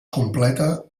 completa